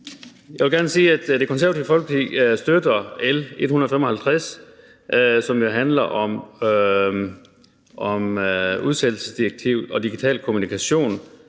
Jeg vil gerne sige, at Det Konservative Folkeparti støtter L 155, som jo handler om udsætningsdirektivet og digital kommunikation.